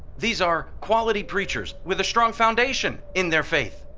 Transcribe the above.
these are quality preachers with a strong foundation in their faith.